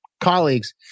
colleagues